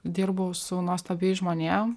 dirbau su nuostabiais žmonėm